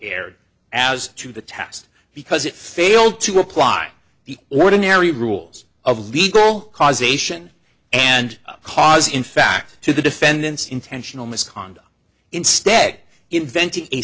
erred as to the tast because it failed to apply the ordinary rules of legal causation and cause in fact to the defendant's intentional misconduct instead inventing a